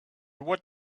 what